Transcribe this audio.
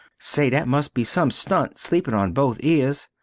say, that must be some stunt sleepin on both ears,